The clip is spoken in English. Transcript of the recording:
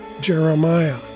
Jeremiah